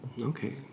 Okay